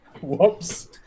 Whoops